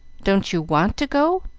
don't you want to go?